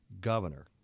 governor